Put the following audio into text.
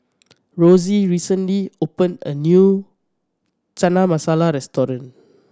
Rosie recently opened a new Chana Masala Restaurant